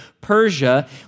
Persia